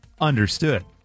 Understood